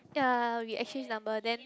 ya we exchange number then